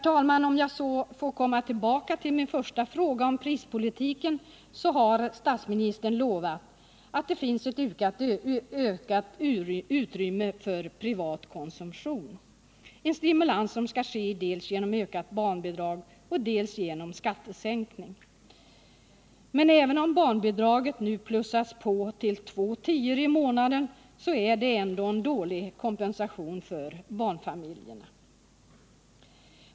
Jag kommer så tillbaka till den första fråga som jag tog upp och som gällde prispolitiken. Statsministern har lovat att det finns ett ökat utrymme för privat konsumtion. En stimulans skall göras dels genom ökat barnbidrag, dels genom skattesänkning. Men även om barnbidraget nu plussats på med två tior i månaden, så är det en dålig kompensation för barnfamiljerna.